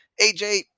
AJ